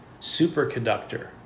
superconductor